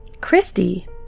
Christy